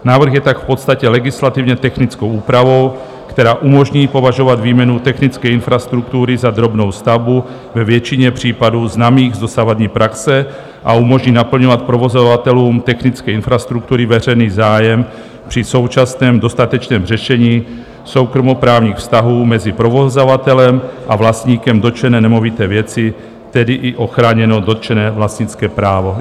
Návrh je tak v podstatě legislativně technickou úpravou, která umožní považovat výměnu technické infrastruktury za drobnou stavbu, ve většině případů známých z dosavadní praxe, a umožní naplňovat provozovatelům technické infrastruktury veřejný zájem při současném dostatečném řešení soukromoprávních vztahů mezi provozovatelem a vlastníkem dotčené nemovité věci, tedy i ochráněno dotčené vlastnické právo.